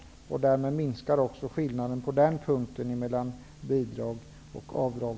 Därmed minskar skillnaden mellan bidrag och avdrag.